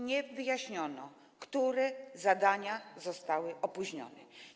Nie wyjaśniono, które zadania zostały opóźnione.